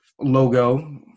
logo